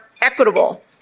equitable